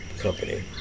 Company